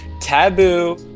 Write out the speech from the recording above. taboo